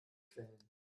quellen